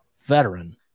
veteran